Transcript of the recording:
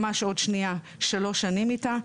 ממש עוד שנייה, שלוש שנים איתה.